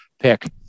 pick